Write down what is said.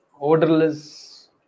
odorless